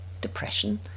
depression